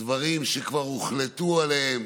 דברים שכבר הוחלט עליהם,